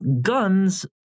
guns